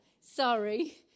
sorry